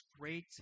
great